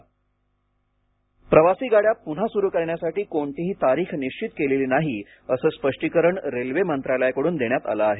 railway प्रवासी गाड्या पुन्हा सुरू करण्यासाठी कोणतीही तारीख निश्वित केलेली नाही असं स्पष्टीकरण रेल्वे मंत्रालयाकडून देण्यात आलं आहे